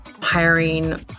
hiring